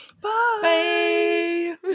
Bye